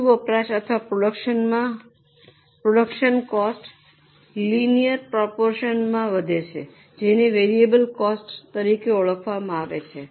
વધુ વપરાશ અથવા વધુ પ્રોડક્શનમાં કોસ્ટ લિનિયર પ્રોપોરશનમાં વધે છે જેને વેરિયેબલ કોસ્ટ તરીકે ઓળખવામાં આવે છે